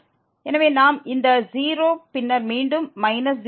எனவே இந்த 0 பின்னர் மீண்டும் மைனஸ் 0